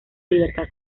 libertad